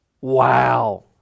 Wow